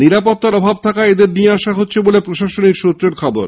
নিরাপত্তার অভাব থাকায় এদের নিয়ে আসা হচ্ছে বলে প্রশাসনিক সূত্রের খবর